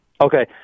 Okay